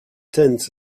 tent